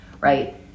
Right